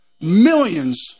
millions